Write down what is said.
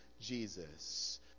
Jesus